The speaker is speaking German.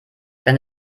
wenn